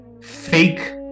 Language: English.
fake